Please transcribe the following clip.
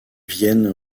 vienne